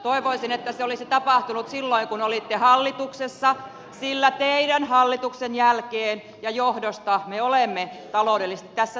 toivoisin että se olisi tapahtunut silloin kun olitte hallituksessa sillä teidän hallituksenne jälkeen ja johdosta me olemme taloudellisesti tässä tilanteessa